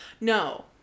No